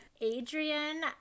Adrian